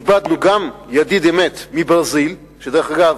איבדנו גם ידיד אמת מברזיל, ודרך אגב,